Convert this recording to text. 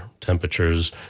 temperatures